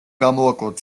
გამოვაკლოთ